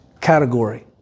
category